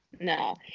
No